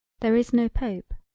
there is no pope.